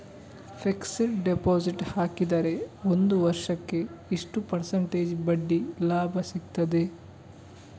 Fixed deposit ಹಾಕಿದರೆ ಒಂದು ವರ್ಷಕ್ಕೆ ಎಷ್ಟು ಪರ್ಸೆಂಟೇಜ್ ಬಡ್ಡಿ ಲಾಭ ಸಿಕ್ತದೆ?